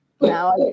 Now